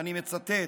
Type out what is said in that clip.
ואני מצטט: